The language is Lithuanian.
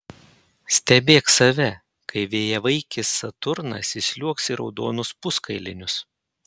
stebėk save kai vėjavaikis saturnas įsliuogs į raudonus puskailinius